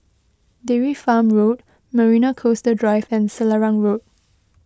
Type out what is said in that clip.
Dairy Farm Road Marina Coastal Drive and Selarang Road